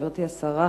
גברתי השרה,